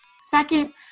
Second